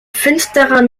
finsterer